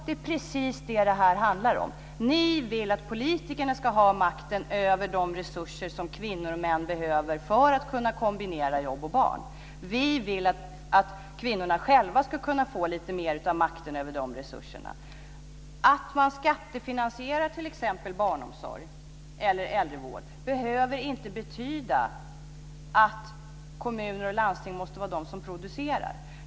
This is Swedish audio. Det är precis vad det handlar om. Ni vill att politikerna ska ha makten över de resurser som kvinnor och män behöver för att kunna kombinera jobb och barn. Vi vill att kvinnorna själva skulle kunna få lite mer av makten över de resurserna. Att man skattefinansierar t.ex. barnomsorg eller äldrevård behöver inte betyda att kommuner och landsting måste vara de som producerar.